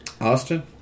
Austin